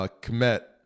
commit